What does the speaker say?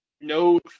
no